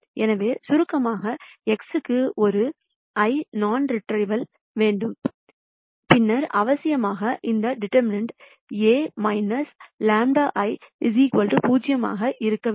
எனவே சுருக்கமாக x க்கு ஒரு நான் ட்ரைவல் தீர்வு வேண்டுமானால் பின்னர் அவசியமாக இந்த டீடெர்மினன்ட் A λ I 0 ஆக இருக்க வேண்டும்